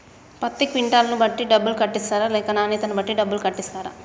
పత్తి క్వింటాల్ ను బట్టి డబ్బులు కట్టిస్తరా లేక నాణ్యతను బట్టి డబ్బులు కట్టిస్తారా?